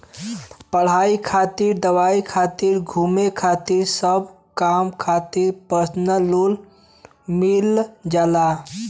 पढ़ाई खातिर दवाई खातिर घुमे खातिर सब काम खातिर परसनल लोन मिल जाला